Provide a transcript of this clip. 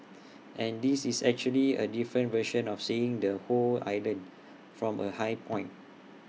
and this is actually A different version of seeing the whole island from A high point